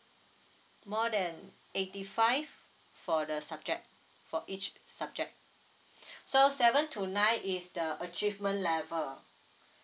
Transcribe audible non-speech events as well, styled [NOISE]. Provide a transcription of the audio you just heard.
more than eighty five for the subject for each subject [BREATH] so seven to nine is the achievement level